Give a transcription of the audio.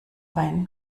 bein